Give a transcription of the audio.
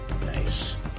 nice